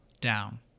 down